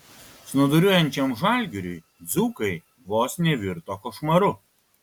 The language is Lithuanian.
snūduriuojančiam žalgiriui dzūkai vos nevirto košmaru